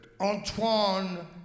Antoine